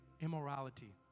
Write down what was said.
immorality